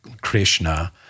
Krishna